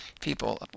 people